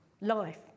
life